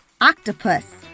octopus